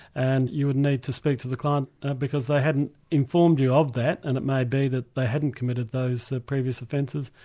and you would need to speak to the client because they hadn't informed you of that and it may be that they hadn't committed those previous offences,